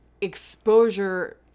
exposure